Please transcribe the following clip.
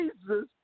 Jesus